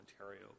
Ontario